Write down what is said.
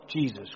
Jesus